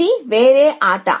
ఇది వేరే ఆట